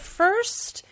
first